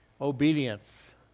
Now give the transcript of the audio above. obedience